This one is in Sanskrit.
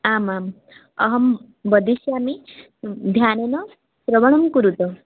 आमाम् अहं वदिस्यामि ध्यानेन श्रवणं कुरुत